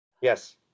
Yes